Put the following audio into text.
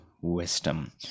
wisdom